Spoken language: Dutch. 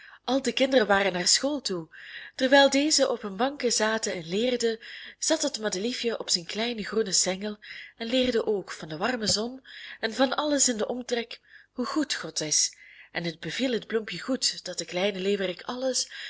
de kinderen waren naar school toe terwijl dezen op hun banken zaten en leerden zat het madeliefje op zijn kleinen groenen stengel en leerde ook van de warme zon en van alles in den omtrek hoe goed god is en het beviel het bloempje goed dat de kleine leeuwerik alles